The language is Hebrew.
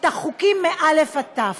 את החוקים מא' עד ת'.